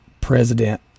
president